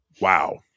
Wow